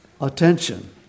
attention